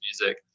music